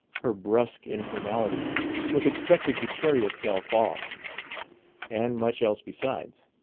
her brusque informality was expected to carry itself off and much else besides.